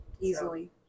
Easily